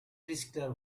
riskler